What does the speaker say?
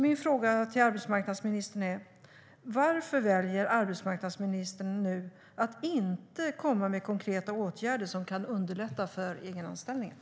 Min fråga till arbetsmarknadsminister Ylva Johansson är: Varför väljer arbetsmarknadsministern nu att inte komma med konkreta åtgärder som kan underlätta egenanställningar?